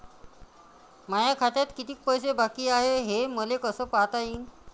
माया खात्यात कितीक पैसे बाकी हाय हे मले कस पायता येईन?